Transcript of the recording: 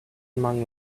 among